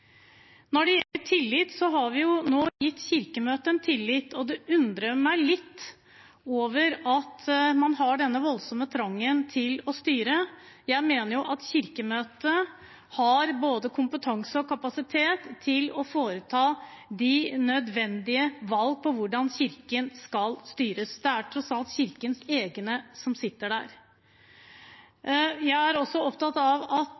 Når det gjelder tillit, har vi nå gitt Kirkemøtet en tillit. Det undrer meg litt at man har denne voldsomme trangen til å styre. Jeg mener at Kirkemøtet har både kompetanse og kapasitet til å foreta de nødvendige valg for hvordan Kirken skal styres. Det er tross alt Kirkens egne som sitter der. Jeg er også opptatt av den dialogen som man er bekymret for at